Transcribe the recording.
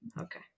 Okay